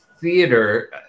theater